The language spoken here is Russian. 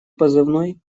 позывной